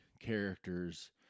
characters